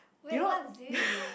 wait what is this